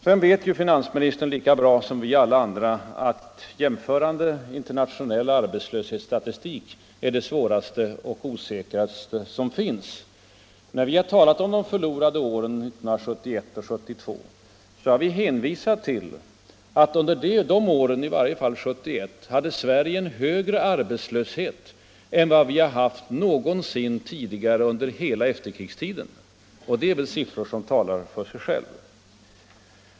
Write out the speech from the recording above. Sedan vet ju finansministern lika bra som vi alla andra att jämförande internationell arbetslöshetsstatistik är det svåraste och mest osäkra som finns. När vi har talat om de förlorade åren 1971 och 1972 har vi hänvisat till att under de åren hade Sverige en högre arbetslöshet än vad vi har haft någonsin tidigare under hela efterkrigstiden. Det är väl siffror som talar för själva.